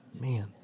Man